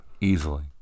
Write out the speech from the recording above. easily